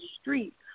street